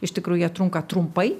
iš tikrųjų jie trunka trumpai